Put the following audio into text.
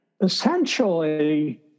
Essentially